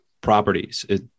properties